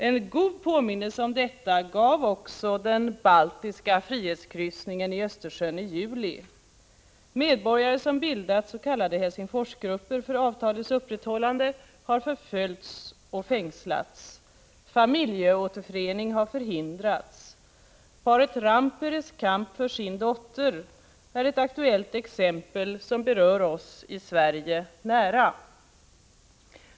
En god påminnelse om detta gav också den baltiska frihetskryssningen i Östersjön i juli. Medborgare som bildat s.k. Helsingforsgrupper för avtalets upprätthållande har förföljts och fängslats. Familjeåterförening har förhindrats. Paret Randperes kamp för sin dotter är ett aktuellt exempel som berör oss i Sverige nära.